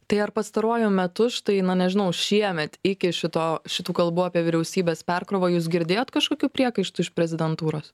tai ar pastaruoju metu štai na nežinau šiemet iki šito šitų kalbų apie vyriausybės perkrovą jūs girdėjot kažkokių priekaištų iš prezidentūros